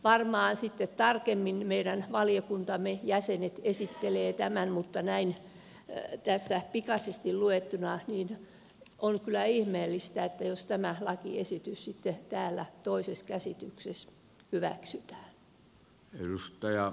varmaan sitten tarkemmin meidän valiokuntamme jäsenet esittelevät tämän mutta näin tässä pikaisesti luettuna on kyllä ihmeellistä jos tämä lakiesitys täällä toisessa käsittelyssä hyväksytään